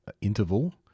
interval